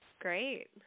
Great